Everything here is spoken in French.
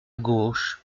gauche